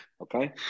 Okay